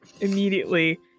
immediately